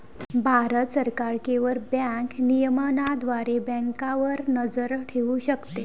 भारत सरकार केवळ बँक नियमनाद्वारे बँकांवर नजर ठेवू शकते